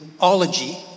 ology